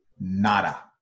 nada